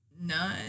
None